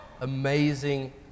amazing